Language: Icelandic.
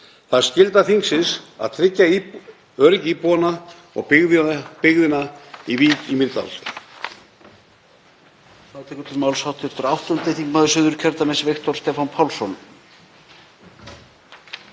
Það er skylda þingsins að tryggja öryggi íbúanna og byggðina í Vík í Mýrdal.